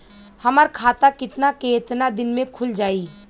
हमर खाता कितना केतना दिन में खुल जाई?